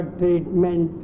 treatment